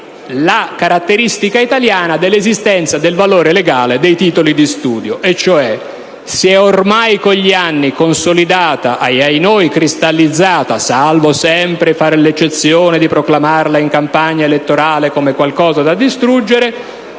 la caratteristica italiana dell'esistenza del valore legale dei titoli di studio. In pratica, con gli anni, si è ormai consolidato e - ahinoi! - cristallizato, salvo sempre fare l'eccezione di proclamarlo in campagna elettorale come qualcosa da distruggere,